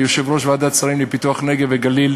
כיושב-ראש ועדת השרים לפיתוח הנגב והגליל,